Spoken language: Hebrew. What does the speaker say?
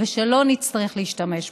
ושלא נצטרך להשתמש בה,